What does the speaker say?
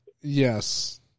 Yes